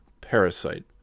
Parasite